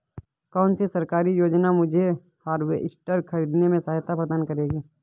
कौन सी सरकारी योजना मुझे हार्वेस्टर ख़रीदने में सहायता प्रदान करेगी?